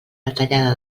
detallada